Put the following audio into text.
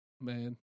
man